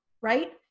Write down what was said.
right